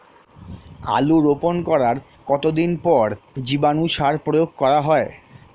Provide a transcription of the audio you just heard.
আলু রোপণ করার কতদিন পর জীবাণু সার প্রয়োগ করা হয়?